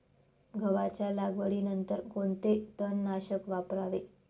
गव्हाच्या लागवडीनंतर कोणते तणनाशक वापरावे?